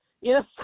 Yes